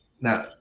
Now